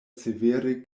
severe